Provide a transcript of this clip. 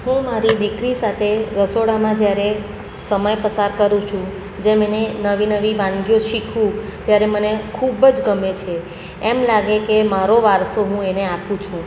હું મારી દીકરી સાથે રસોડામાં જ્યારે સમય પસાર કરું છું જેમ એને નવી નવી વાનગીઓ શીખવું ત્યારે મને ખૂબ જ ગમે છે એમ લાગે કે મારો વારસો હું એને આપું છું